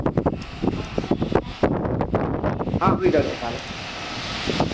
ᱦᱮᱸ ᱦᱩᱭ ᱫᱟᱲᱮᱭᱟᱜᱼᱟ ᱛᱟᱦᱞᱮ